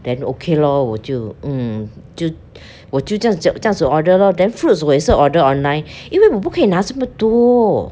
then okay lor 我就 mm 就我就这样这样子 order lor then fruits 我也是 order online 因为我不可以拿这么多